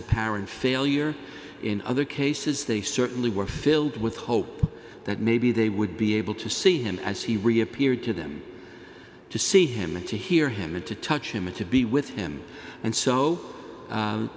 apparent failure in other cases they certainly were filled with hope that maybe they would be able to see him as he reappeared to them to see him and to hear him and to touch him a to be with him and so